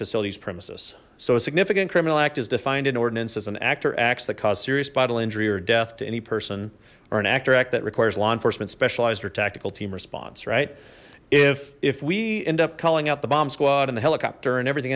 facilities premises so a significant criminal act is defined in ordinance as an actor acts that cause serious bodily injury or death to any person or an actor act that requires law enforcement specialized or tactical team response right if if we end up calling out the bomb squad and the helicopter and everything